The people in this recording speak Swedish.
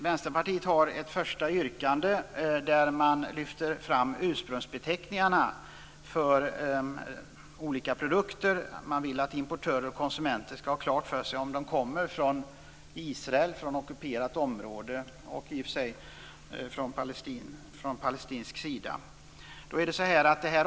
Vänsterpartiet har ett första yrkande där man lyfter fram ursprungsbeteckningar för olika produkter. Man vill att importörer och konsumenter skall ha klart för sig om produkter kommer från Israel, de palestinska områdena och de av Israel ockuperade områdena.